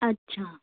अच्छा